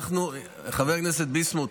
חבר הכנסת ביסמוט,